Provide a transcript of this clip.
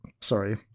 Sorry